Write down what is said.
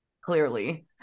Clearly